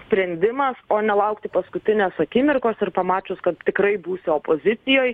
sprendimas o nelaukti paskutinės akimirkos ir pamačius kad tikrai būsi opozicijoj